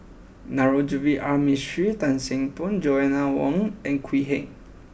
Navroji R Mistri Tan Seng Poh and Joanna Wong and Quee Heng